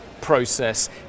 process